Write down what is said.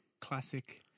classic